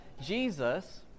Jesus